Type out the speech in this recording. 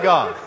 God